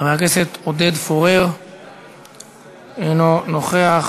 חברת הכנסת אורלי לוי אבקסיס, מוותרת.